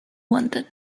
london